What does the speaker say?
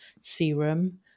serum